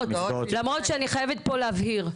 למרות שאני חייבת פה להבהיר,